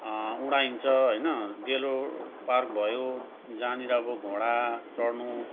उडाइन्छ होइन डेलो पार्क भयो जहाँनिर अब घोडा चढ्नु